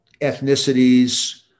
ethnicities